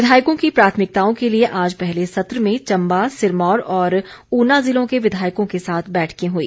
विधायकों की प्राथमिकताओं के लिए आज पहले सत्र में चम्बा सिरमौर और ऊना ज़िलों के विधायकों के साथ बैठकें हुई